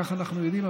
כך אנחנו יודעים,